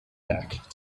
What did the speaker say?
back